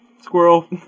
Squirrel